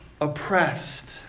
oppressed